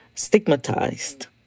Stigmatized